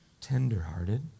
tenderhearted